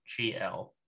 GL